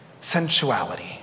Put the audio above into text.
sensuality